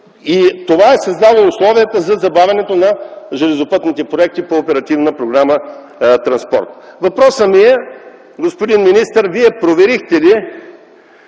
и това е създало условията за забавянето на железопътните проекти по оперативна програма „Транспорт”. Въпросът ми, господин министър, е Вие проверихте ли